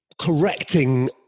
correcting